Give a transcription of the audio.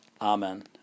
Amen